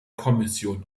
kommission